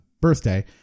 birthday